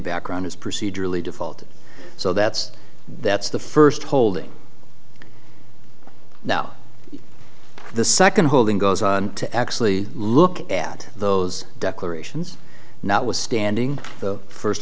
background is procedurally default so that's that's the first holding now the second holding goes on to actually look at those declarations notwithstanding the first